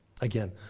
Again